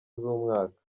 z’umwaka